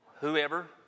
whoever